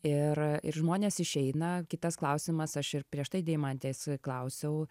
ir ir žmonės išeina kitas klausimas aš ir prieš tai deimantės klausiau